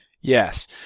Yes